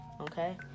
okay